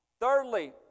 Thirdly